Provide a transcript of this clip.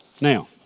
Now